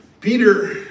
Peter